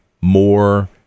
more